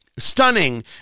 Stunning